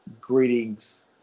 greetings